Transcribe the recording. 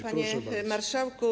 Panie Marszałku!